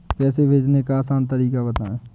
पैसे भेजने का आसान तरीका बताए?